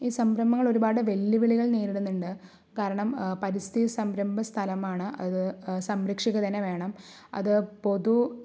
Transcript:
ഈ സംരംഭങ്ങൾ ഒരുപാട് വെല്ലുവിളികൾ നേരിടുന്നുണ്ട് കാരണം പരിസ്ഥിതി സംരംഭ സ്ഥലമാണ് അത് സംരക്ഷിക്കുക തന്നെ വേണം അത് പൊതു